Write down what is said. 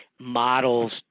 models